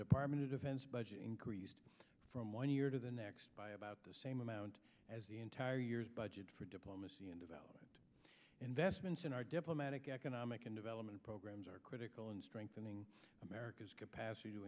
department of defense budget increased from one year to the next by about the same amount as the entire year's budget for diplomacy and development investments in our diplomatic economic and development programs are critical in strengthening america's capacity to